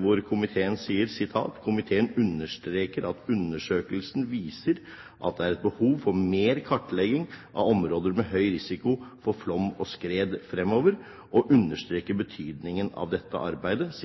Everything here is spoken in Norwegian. hvor komiteen sier: «Komiteen understreker at undersøkelsen viser at det er et behov for mer kartlegging av områder med høy risiko for flom og skred fremover, og understreker betydningen av dette arbeidet.»